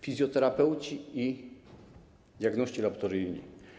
Fizjoterapeuci i diagności laboratoryjni.